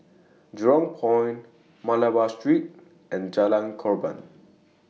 Jurong Point Malabar Street and Jalan Korban